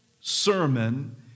sermon